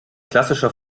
klassischer